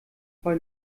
bei